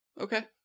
Okay